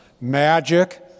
magic